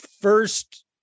first